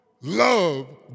love